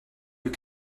you